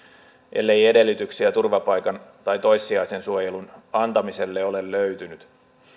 ellei edellytyksiä turvapaikan tai toissijaisen suojelun antamiselle ole löytynyt